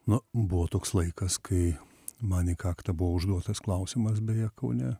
nu buvo toks laikas kai man į kaktą buvo užduotas klausimas beje kaune